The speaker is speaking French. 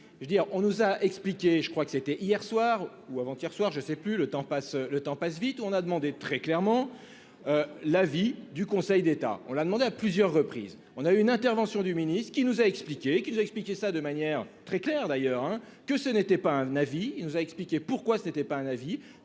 quand même, je veux dire on nous a expliqué, je crois que c'était hier soir ou avant-hier soir, je sais plus le temps passe, le temps passe vite on a demandé très clairement. L'avis du Conseil d'État. On a demandé à plusieurs reprises on a eu une intervention du ministre qui nous a expliqué qu'il a expliqué ça de manière très claire d'ailleurs hein, que ce n'était pas un avis, il nous a expliqué pourquoi. Ce n'était pas un avis